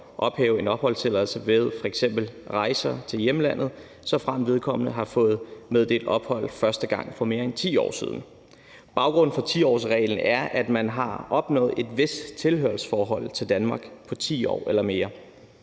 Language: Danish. kan ophæve en opholdstilladelse ved f.eks. rejser til hjemlandet, såfremt vedkommende har fået meddelt ophold første gang for mere end 10 år siden. Baggrunden for 10-årsreglen er, at man har opnået et vist tilhørsforhold til Danmark på 10 år eller mere.